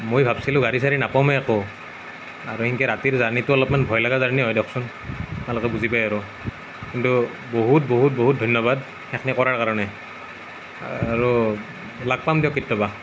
মই ভাবিছিলোঁ গাড়ি চাৰি নাপামেই একো আৰু এনেকৈ ৰাতিৰ জাৰ্নিটো অলপমান ভয়লগা জাৰ্নি হয় দিওকচোন আপোনালোকে বুজি পায় আৰু কিন্তু বহুত বহুত বহুত ধন্যবাদ সেইখিনি কৰাৰ কাৰণে আৰু লগ পাম দিয়ক কেতিয়াবা